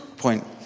point